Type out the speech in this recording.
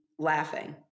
laughing